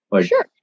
Sure